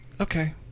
Okay